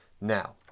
Now